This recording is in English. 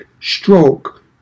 stroke